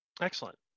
Excellent